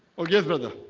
ah yes, brother